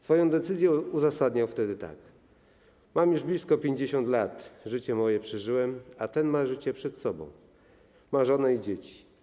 Swoją decyzję uzasadniał wtedy tak: Mam już blisko 50 lat, życie moje przeżyłem, a ten ma życie przed sobą, ma żonę i dzieci.